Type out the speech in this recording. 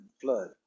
flood